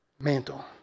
mantle